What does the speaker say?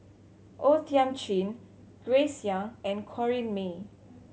O Thiam Chin Grace Young and Corrinne May